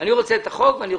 אני רוצה את החוק.